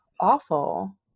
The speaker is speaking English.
awful